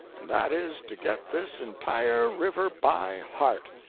and that is to get this entire river by heart.